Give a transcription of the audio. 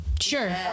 Sure